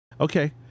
Okay